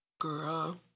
Girl